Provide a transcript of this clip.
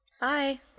Bye